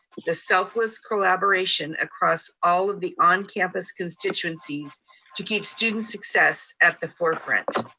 the selfless collaboration across all of the on-campus constituencies to keep student success at the forefront.